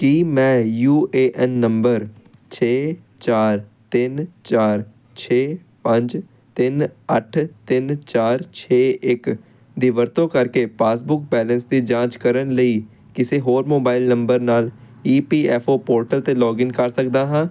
ਕੀ ਮੈਂ U A N number ਛੇ ਚਾਰ ਤਿੰਨ ਚਾਰ ਛੇ ਪੰਜ ਤਿੰਨ ਅੱਠ ਤਿੰਨ ਚਾਰ ਛੇ ਇੱਕ ਦੀ ਵਰਤੋਂ ਕਰਕੇ ਪਾਸਬੁੱਕ ਬੈਲੇਂਸ ਦੀ ਜਾਂਚ ਕਰਨ ਲਈ ਕਿਸੇ ਹੋਰ ਮੋਬਾਈਲ ਨੰਬਰ ਨਾਲ E P F O portal 'ਤੇ ਲੌਗਇਨ ਕਰ ਸਕਦਾ ਹਾਂ